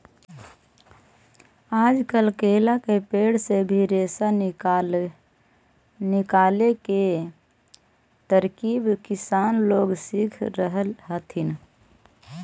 आजकल केला के पेड़ से भी रेशा निकाले के तरकीब किसान लोग सीख रहल हथिन